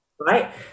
Right